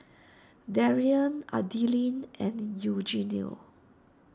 Darien Adilene and Eugenio